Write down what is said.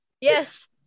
Yes